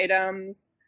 items